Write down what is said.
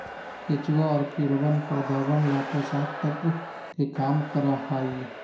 केचुआ और कीड़वन पौधवन ला पोषक तत्व के काम करा हई